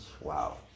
wow